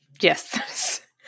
Yes